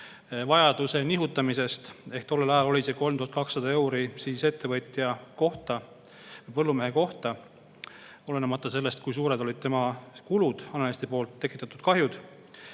summa] nihutamine. Tollel ajal oli see 3200 eurot ettevõtja kohta, põllumehe kohta, olenemata sellest, kui suured olid tema kulud, haneliste tekitatud kahjud.